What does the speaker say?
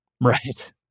Right